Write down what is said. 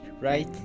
right